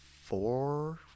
four